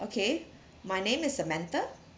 okay my name is samantha